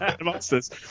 Monsters